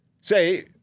Say